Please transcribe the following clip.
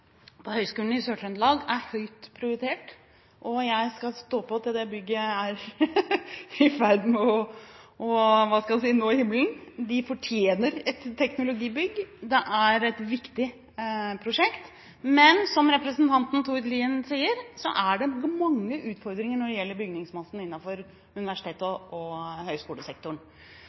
på Høgskolen i Sør-Trøndelag er høyt prioritert, og jeg skal stå på til det bygget er i ferd med å nå himmelen. De fortjener et teknologibygg, og det er et viktig prosjekt. Men som representanten Lien sier, er det mange utfordringer når det gjelder bygningsmassen innenfor universitet- og høgskolesektoren. Her er det bare én ting å gjøre, og